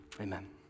Amen